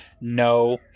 no